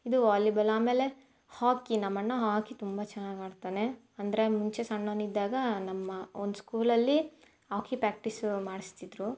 ಇದು ವಾಲಿಬಾಲ್ ಆಮೇಲೆ ಹಾಕಿ ನಮ್ಮ ಅಣ್ಣ ಹಾಕಿ ತುಂಬ ಚೆನ್ನಾಗಿ ಆಡ್ತಾನೆ ಅಂದರೆ ಮುಂಚೆ ಸಣ್ಣವನಿದ್ದಾಗ ನಮ್ಮ ಅವ್ನ ಸ್ಕೂಲಲ್ಲಿ ಹಾಕಿ ಪ್ರ್ಯಾಕ್ಟೀಸು ಮಾಡಿಸ್ತಿದ್ರು